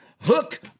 hook